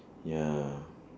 ya